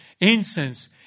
Incense